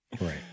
Right